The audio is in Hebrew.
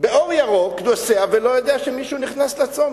נוסע באור ירוק ולא יודע שמישהו נכנס לצומת.